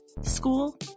school